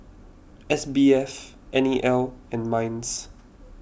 S B F N E L and Minds